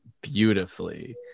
beautifully